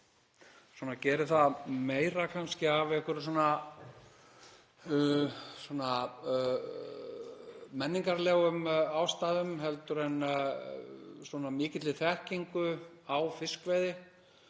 og ég geri það meira kannski af einhverjum svona menningarlegum ástæðum heldur en mikilli þekkingu á fiskveiði